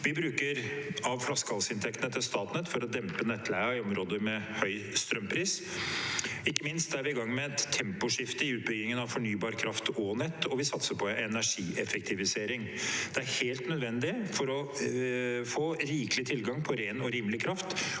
Vi bruker av flaskehalsinntektene til Statnett for å dempe nettleien i områder med høy strømpris. Ikke minst er vi i gang med et temposkifte i utbyggingen av fornybar kraft og nett, og vi satser på energieffektivisering. Det er helt nødvendig for å få rikelig tilgang på ren og rimelig kraft